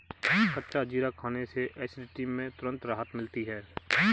कच्चा जीरा खाने से एसिडिटी में तुरंत राहत मिलती है